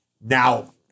Now